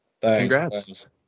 Congrats